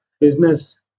business